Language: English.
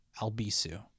Albisu